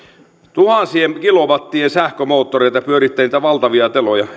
tuhansien kilowattien sähkömoottoreita jotka pyörittävät niitä valtavia teloja